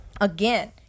again